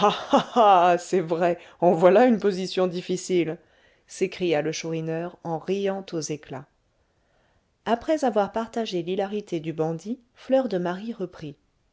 c'est vrai en voilà une position difficile s'écria le chourineur en riant aux éclats après avoir partagé l'hilarité du bandit fleur de marie reprit